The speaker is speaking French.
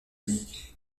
dit